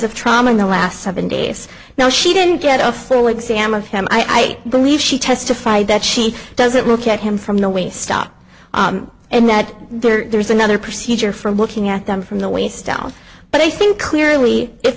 of trauma in the last seven days now she didn't get a full exam of him i believe she testified that she doesn't look at him from the waist up and that there's another procedure for looking at them from the waist down but i think clearly if